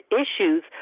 issues